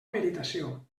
meritació